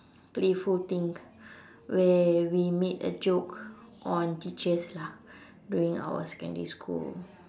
playful things where we made a joke on teachers lah during our secondary school